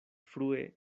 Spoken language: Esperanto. frue